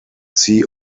see